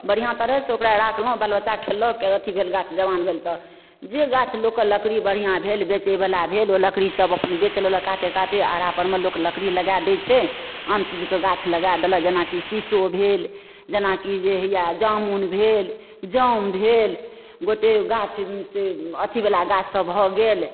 बढ़िआँ तरहसँ ओकरा राखलहुँ बाल बच्चा खेललक अथी भेल गाछ जबान भेल तऽ जे गाछ लोकके लकड़ी बढ़िआँ भेल बेचयवला भेल ओ लकड़ी सब अपन बेच लेलक काते काते आरिपर मे लोक लकड़ी लगा दै छै आन चीजके गाछ लगा देलक जेनाकि शीशो भेल जेनाकि जे हैया जामुन भेल जम भेल गोटे गाछ से अथीवला गाछ सब भऽ गेल